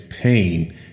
pain